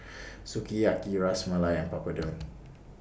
Sukiyaki Ras Malai and Papadum